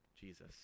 Jesus